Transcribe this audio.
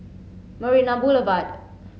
Marina Boulevard